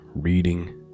reading